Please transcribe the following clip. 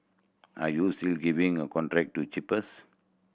are you still giving a contract to cheapest